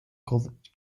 called